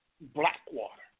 Blackwater